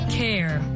care